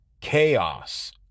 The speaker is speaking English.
Chaos